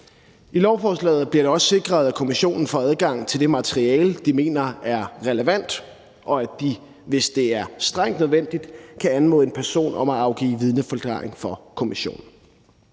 I lovforslaget bliver det også sikret, at kommissionen får adgang til det materiale, de mener er relevant, og at de, hvis det er strengt nødvendigt, kan anmode en person om at afgive vidneforklaring for kommissionen.